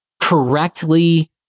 correctly